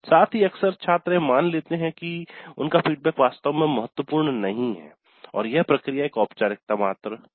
साथ ही अक्सर छात्र यह मान लेते हैं कि उनका फीडबैक वास्तव में महत्वपूर्ण नहीं है और यह प्रक्रिया एक औपचारिकता मात्र है